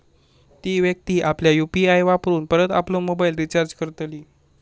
ती व्यक्ती आपल्या यु.पी.आय वापरून परत आपलो मोबाईल रिचार्ज करतली